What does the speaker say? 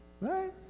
Right